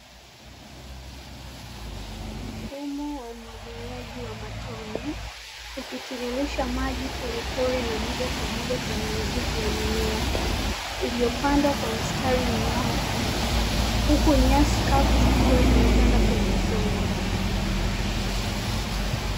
Mfumo wa umwagiliaji wa matone, ukitiriririsha maji polepole na moja kwa moja kwenye mizizi ya mimea, iliyopandwa kwa mstari mnyoofu huku nyasi kavu zikiwa zimetanda pembezoni.